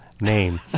name